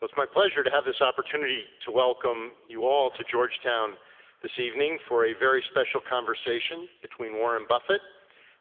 well it's my pleasure to have this opportunity to welcome you all to georgetown this evening for a very special conversation between warren buffett